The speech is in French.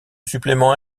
suppléments